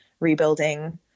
rebuilding